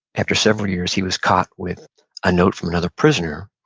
after several years, he was caught with a note from another prisoner,